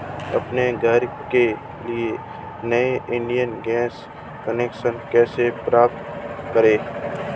अपने घर के लिए नया इंडियन गैस कनेक्शन कैसे प्राप्त करें?